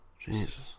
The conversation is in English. Jesus